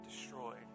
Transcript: destroyed